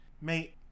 mate